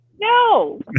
No